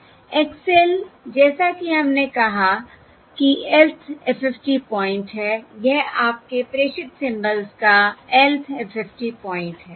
X l जैसा कि हमने कहा कि lth FFT पॉइंट है यह आपके प्रेषित सिंबल्स का lth FFT पॉइंट है